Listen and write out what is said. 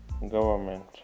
government